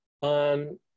on